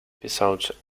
episodes